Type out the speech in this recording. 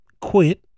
quit